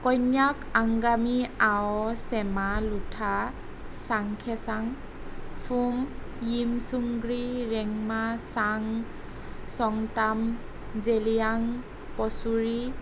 Konyak Angami Ao Sema Lotha Chakhesang Phom Yimchunger Rengma Chang Sangtam Zeliang Pochury